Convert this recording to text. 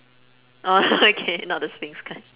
orh okay not the sphynx kind